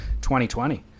2020